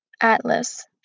Atlas